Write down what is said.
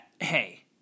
hey